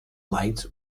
lights